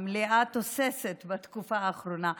המליאה תוססת בתקופה האחרונה.